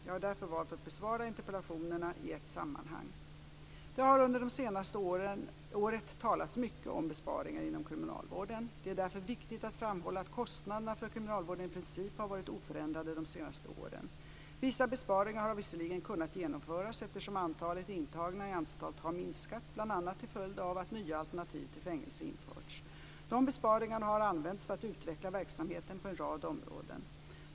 Jag har därför valt att besvara interpellationerna i ett sammanhang. Det har under det senaste året talats mycket om besparingar inom kriminalvården. Det är därför viktigt att framhålla att kostnaderna för kriminalvården i princip har varit oförändrade de senaste åren. Vissa besparingar har visserligen kunnat genomföras eftersom antalet intagna i anstalt har minskat bl.a. till följd av att nya alternativ till fängelse införts. De besparingarna har använts för att utveckla verksamheten på en rad områden.